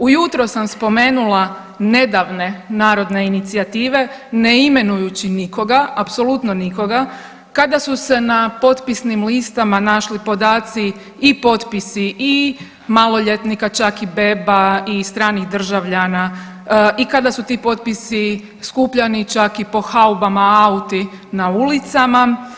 Ujutro sam spomenula nedavne narodne inicijative ne imenujući nikoga, apsolutno nikoga kada su se na potpisnim listama našli podaci i potpisi i maloljetnika čak i beba i stranih državljana i kada su ti potpisi skupljani čak i po haubama auti na ulicama.